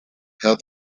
health